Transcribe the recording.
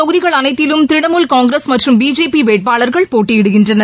தொகுதிகள் அனைத்திலும் திரிணமூல் காங்கிரஸ் மற்றும் பிஜேபி வேட்பாளர்கள் இந்த போட்டியிடுகின்றனர்